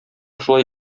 шулай